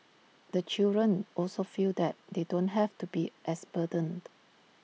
the children also feel that they don't have to be as burdened